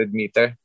meter